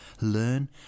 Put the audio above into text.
learn